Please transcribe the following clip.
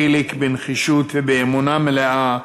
חיליק, בנחישות ובאמונה מלאה,